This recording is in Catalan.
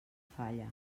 falla